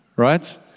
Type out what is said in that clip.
right